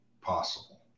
possible